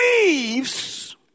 leaves